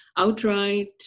Outright